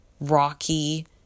rocky